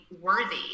worthy